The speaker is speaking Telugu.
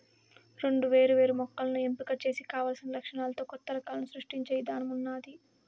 రెండు వేరు వేరు మొక్కలను ఎంపిక చేసి కావలసిన లక్షణాలతో కొత్త రకాలను సృష్టించే ఇధానం ఉన్నాది